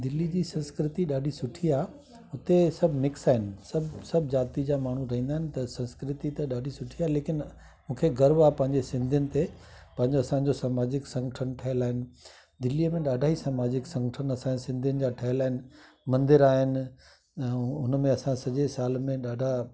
दिल्ली जी संस्कृति ॾाढी सुठी आ हुते सब मिक्स आहिनि सभु सभु जाति जा माण्हू रहंदा आहिनि त संस्कृति त ॾाढी सुठी आहे लेकिन मूंखे गर्व आहे पंहिंजे सिंधियुनि ते पंहिंजो असांजो समाजिक संगठन ठहियलु आहिनि दिल्लीअ में ॾाढा ही समाजिक संगठन आहिनि असांजी सिंधियुनि जा ठहियलु आइन मंदर आहिनि ऐं हुनमें असां सॼे साल में ॾाढा